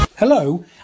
Hello